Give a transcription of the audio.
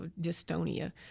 dystonia